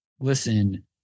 listen